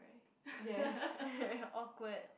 yes awkward